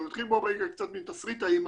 נתחיל מתסריט האימה.